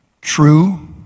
True